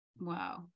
Wow